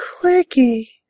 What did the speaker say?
Quickie